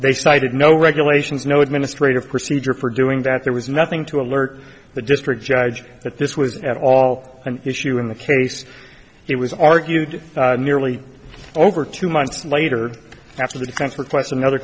they cited no regulations no administrative procedure for doing that there was nothing to alert the district judge that this was at all an issue in the case it was argued nearly over two months later after the defense request another